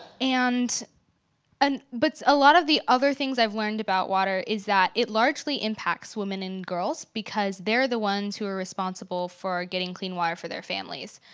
and and but a lot of the other things i've learned about water is that it largely impacts women and girls because they're the ones who are responsible for getting clean water for their families.